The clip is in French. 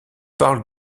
parle